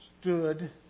Stood